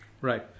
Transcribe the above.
Right